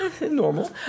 Normal